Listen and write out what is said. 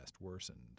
worsened